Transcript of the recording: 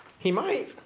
he might.